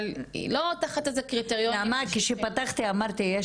אבל היא לא תחת איזה קריטריון--- נעמה כשפתחתי אמרתי,